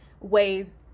ways